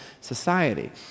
society